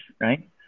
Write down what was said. right